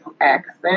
accent